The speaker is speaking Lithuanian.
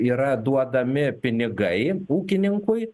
yra duodami pinigai ūkininkui